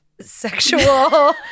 sexual